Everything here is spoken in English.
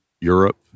Europe